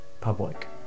public